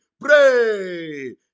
Pray